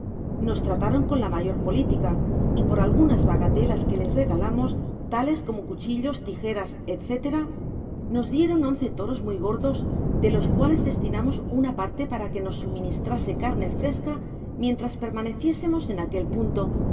nos trataron con la muyor politica y por algunas bagatelas que les regalamos tales como cuchillos tijeras etc nos dieron once toros muy gordos de los cuales destinamos una parte para que nos suministrase carne fresca mientras permaneciésemos en aquel punto y